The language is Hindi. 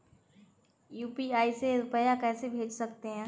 यू.पी.आई से रुपया कैसे भेज सकते हैं?